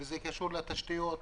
זה קשור לתשיות.